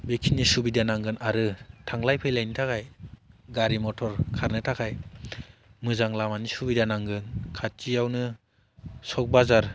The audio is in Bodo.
बेखिनि सुबिदा नांगोन आरो थांलाय फैलायनि थाखाय गारि मथर खारनो थाखाय मोजां लामानि सुबिदा नांगोन खाथियावनो सक बाजार